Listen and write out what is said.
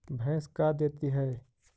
भैंस का देती है?